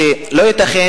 שלא ייתכן,